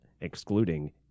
excluding